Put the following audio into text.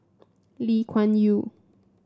Lee Kuan Yew